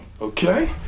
Okay